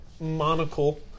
monocle